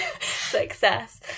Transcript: success